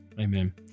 Amen